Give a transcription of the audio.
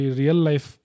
real-life